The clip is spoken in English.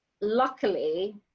luckily